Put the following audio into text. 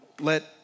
let